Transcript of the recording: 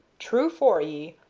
true for ye,